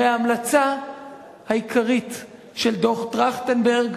הרי ההמלצה העיקרית של דוח-טרכטנברג,